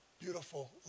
beautiful